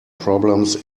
problems